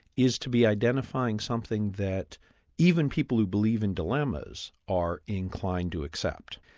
is to be identifying something that even people who believe in dilemmas are inclined to accept.